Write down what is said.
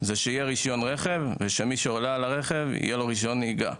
זה שיהיה רישיון רכב ושלמי שעולה על הרכב יהיה רישיון נהיגה.